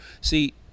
See